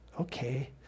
okay